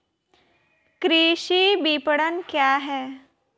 कृषि विपणन क्या है?